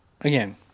again